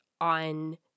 on